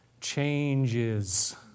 changes